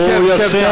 הוא יושב,